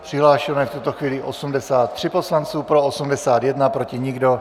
Přihlášeno je v tuto chvíli 83 poslanců, pro 81, proti nikdo.